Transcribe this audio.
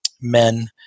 men